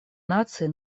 наций